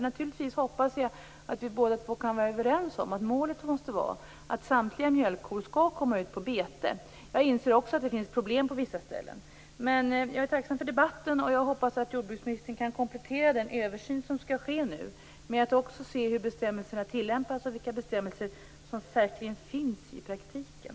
Naturligtvis hoppas jag att vi båda kan vara överens om att målet måste vara att samtliga mjölkkor skall komma ut på bete. Jag inser också att det finns problem på vissa ställen. Men jag är tacksam för debatten. Jag hoppas att jordbruksministern kan komplettera den översyn som skall ske nu med att också se över hur bestämmelserna tillämpas och vilka bestämmelser som verkligen finns i praktiken.